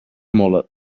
molt